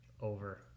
Over